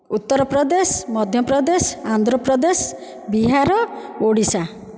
Uttar Pradesh Madhya Pradesh Andhra Pradesh Bihar Odisha